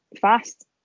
fast